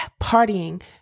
partying